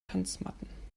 tanzmatten